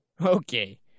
Okay